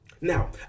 Now